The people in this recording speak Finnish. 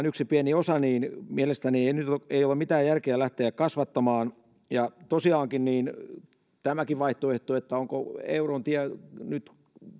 yksi pieni osa mielestäni ei ole mitään järkeä lähteä kasvattamaan tosiaankin tämäkin vaihtoehto että onko euron tie nyt